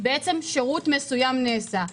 שירות מסוים נעשה.